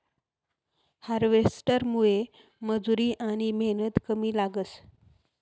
हार्वेस्टरमुये मजुरी आनी मेहनत कमी लागस